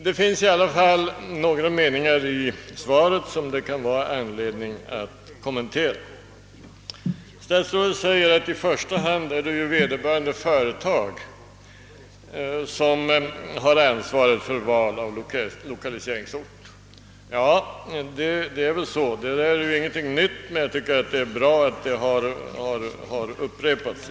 Det finns emellertid några meningar i svaret som det kan vara anledning att kommentera. Statsrådet säger: »I första hand är det ju vederbörande företag som har ansvaret för valet av lokaliseringsort.» Ja, det är väl så. Det är inte någonting nytt, men jag tycker det är bra att det har upprepats.